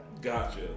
Gotcha